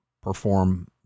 perform